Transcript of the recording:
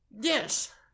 yes